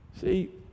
see